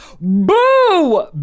Boo